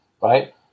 right